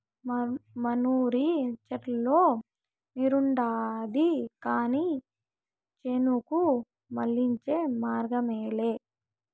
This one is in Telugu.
మనూరి చెర్లో నీరుండాది కానీ చేనుకు మళ్ళించే మార్గమేలే